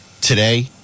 today